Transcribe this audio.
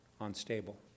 unstable